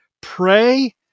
pray